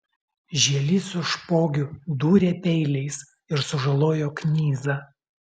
žielys su špogiu dūrė peiliais ir sužalojo knyzą